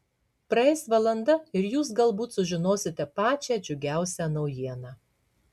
praeis valanda ir jūs galbūt sužinosite pačią džiugiausią naujieną